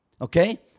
okay